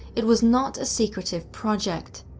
it was not a secretive project.